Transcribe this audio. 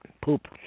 Poop